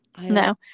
No